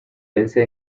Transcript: vence